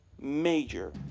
major